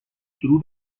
شروع